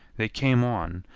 they came on,